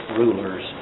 rulers